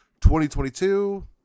2022